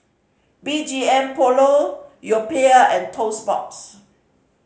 B G M Polo Yoplait and Toast Box